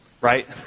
right